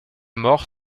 mort